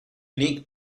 unique